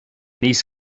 níos